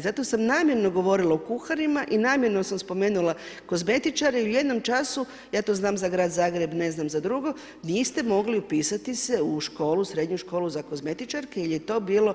Zato sam namjerno govorila o kuharima i namjerno sam spomenula kozmetičare i u jednom času, ja to znam za grad Zagreb ne znam za drugo, niste mogli upisati se u srednju školu za kozmetičarke jel je to bilo